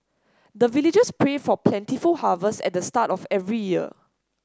the villagers pray for plentiful harvest at the start of every year